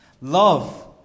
Love